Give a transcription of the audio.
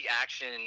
action